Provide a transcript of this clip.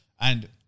And-